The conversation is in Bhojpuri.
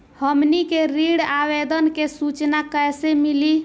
हमनी के ऋण आवेदन के सूचना कैसे मिली?